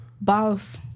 boss